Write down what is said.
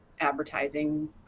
advertising